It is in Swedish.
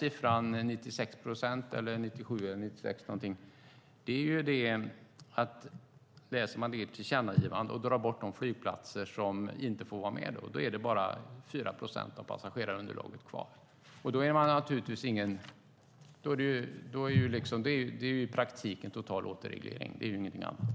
Om man tar bort dem som inte får vara med i ert tillkännagivande är det bara 4 procent av passagerarunderlaget kvar. Det är i praktiken en total återreglering, ingenting annat.